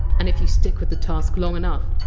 and if you stick with the task long enough,